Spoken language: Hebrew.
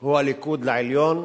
הוא "הליכוד לעליון".